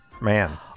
Man